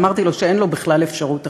אמרתי לו שאין לו בכלל אפשרות אחרת,